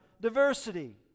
diversity